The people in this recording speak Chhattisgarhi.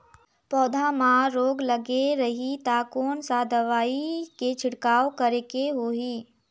पौध मां रोग लगे रही ता कोन सा दवाई के छिड़काव करेके होही?